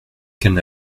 qu’elle